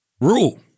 Rule